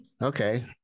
Okay